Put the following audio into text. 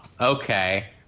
Okay